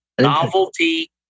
novelty